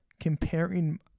comparing